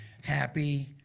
happy